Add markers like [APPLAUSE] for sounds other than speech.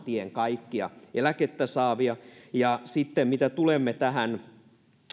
[UNINTELLIGIBLE] tien kaikkia eläkettä saavia sitten mitä tulee tähän